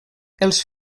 els